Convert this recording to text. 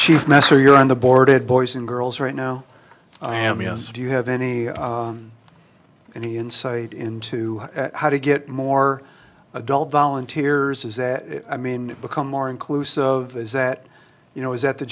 master you're on the board it boys and girls right now i am yes do you have any any insight into how to get more adult volunteers is that i mean become more inclusive is that you know is that the